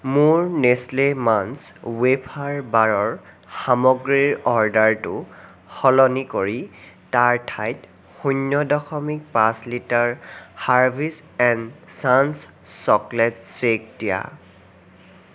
মোৰ Nestle Munch wafer বাৰৰ সামগ্ৰীৰ অৰ্ডাৰটো সলনি কৰি তাৰ ঠাইত শূন্য দশমিক পাঁচ litre Harvey's and Chance chocolate shake দিয়া